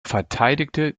verteidigte